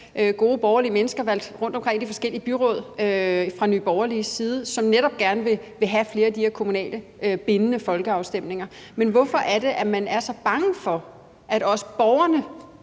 gode borgerlige mennesker valgt ind rundtomkring i de forskellige byråd, som netop gerne vil have flere af de her kommunale bindende folkeafstemninger. Men hvorfor er det, man er så bange for, at også borgerne